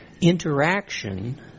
interaction